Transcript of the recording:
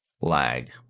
lag